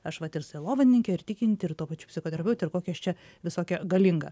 aš vat ir sielovadininkė ir tikinti ir tuo pačiu psichoterapeutė ir kokia aš čia visokia galinga